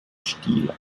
stil